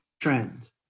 trend